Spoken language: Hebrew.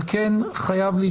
אבל כן חייב להישמע קולה מבחינתי.